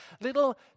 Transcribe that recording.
little